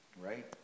Right